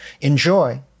Enjoy